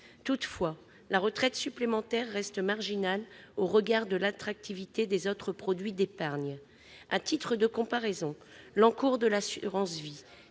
Toutefois, la retraite supplémentaire reste marginale au regard de l'attractivité des autres produits d'épargne. À titre de comparaison, l'encours de l'assurance vie